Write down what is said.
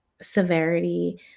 severity